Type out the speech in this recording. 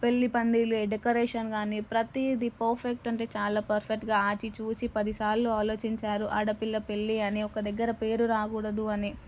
పెళ్ళిపందిర్లు decoration గాని ప్రతీది perfect అంటే చాలా పర్ఫెక్ట్గా ఆచి చూచి ఒకటికి పదిసార్లు ఆలోచించారు ఆడపిల్ల పెళ్ళి అని ఒక దగ్గర పేరు రాకూడదు అని